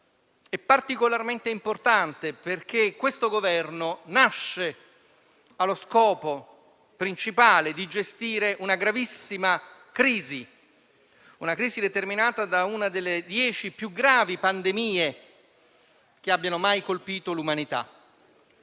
è particolarmente importante perché l'attuale Governo nasce con lo scopo principale di gestire una gravissima crisi determinata da una delle 10 più gravi pandemie che abbiano mai colpito l'umanità.